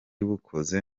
bukoze